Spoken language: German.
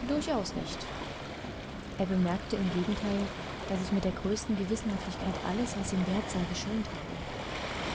durchaus nicht er bemerke im gegenteil daß ich mit der größten gewissenhaftigkeit alles was ihm wert sei geschont habe